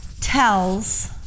tells